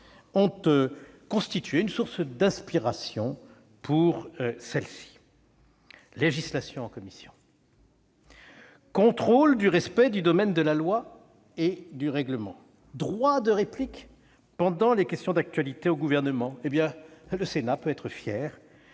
ont constitué une source d'inspiration pour celle-ci : législation en commission, contrôle du respect du domaine de la loi et du règlement, droit de réplique pendant les questions d'actualité au Gouvernement. Le Sénat peut être fier